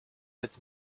sept